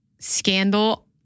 Scandal